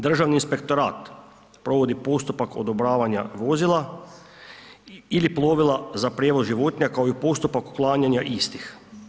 Državni inspektorat provodi postupak odobravanja vozila ili plovila za prijevoz životinja, kao i u postupak uklanjanja istih.